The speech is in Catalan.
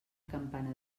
campana